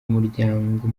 umuryango